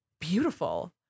beautiful